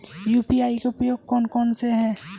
UPI के उपयोग कौन कौन से हैं?